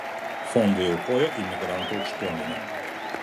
fondui aukojo imigrantų aukštuomenė